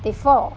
before